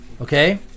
okay